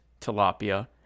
tilapia